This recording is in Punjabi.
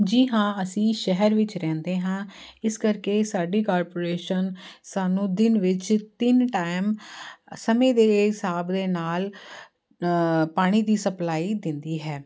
ਜੀ ਹਾਂ ਅਸੀਂ ਸ਼ਹਿਰ ਵਿੱਚ ਰਹਿੰਦੇ ਹਾਂ ਇਸ ਕਰਕੇ ਸਾਡੀ ਕਾਰਪੋਰੇਸ਼ਨ ਸਾਨੂੰ ਦਿਨ ਵਿੱਚ ਤਿੰਨ ਟਾਈਮ ਸਮੇਂ ਦੇ ਹਿਸਾਬ ਦੇ ਨਾਲ ਪਾਣੀ ਦੀ ਸਪਲਾਈ ਦਿੰਦੀ ਹੈ